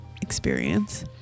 experience